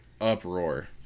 uproar